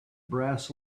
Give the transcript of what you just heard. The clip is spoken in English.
brass